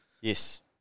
Yes